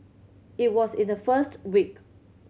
it was in the first week